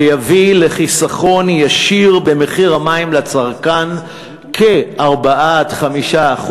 שיביא לחיסכון ישיר במחיר המים לצרכן ב-4% 5%,